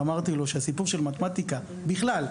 אמרתי לו שהסיפור של מתמטיקה בכלל,